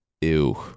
Ew